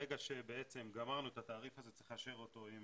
ברגע שגמרנו את התעריף הזה צריך לאשר אותו עם